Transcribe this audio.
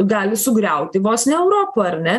gali sugriauti vos ne europą ar ne